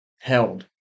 held